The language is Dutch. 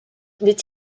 dit